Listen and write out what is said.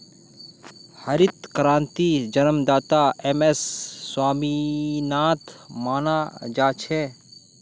हरित क्रांतिर जन्मदाता एम.एस स्वामीनाथनक माना जा छे